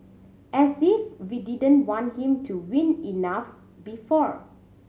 as if we didn't want him to win enough before